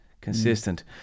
consistent